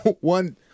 one